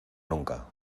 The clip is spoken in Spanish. nunca